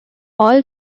all